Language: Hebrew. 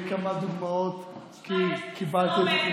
כמה דוגמאות קיבלתי.